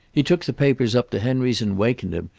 he took the papers up to henry's and wakened him,